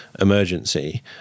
emergency